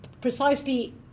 Precisely